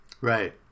Right